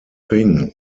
thing